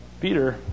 Peter